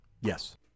yes